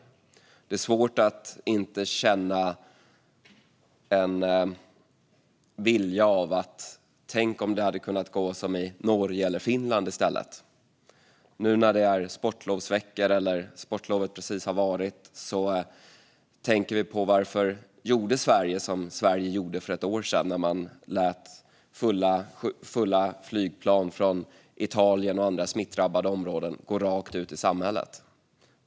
Det är svårt att inte känna: Tänk om det hade kunnat gå som i Norge eller i Finland i stället. Nu när det är sportlovsveckor tänker vi på varför Sverige gjorde som man gjorde för ett år sedan när man lät människor från fulla flygplan från Italien och andra smittdrabbade områden gå rakt ut i samhället.